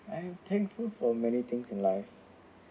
I am thankful for many things in life